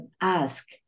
ask